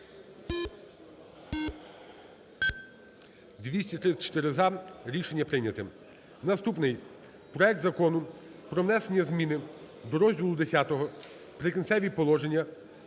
За-234 Рішення прийнято. Наступний. Проект Закону про внесення зміни до розділу Х "Прикінцеві положення"